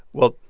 well,